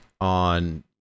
On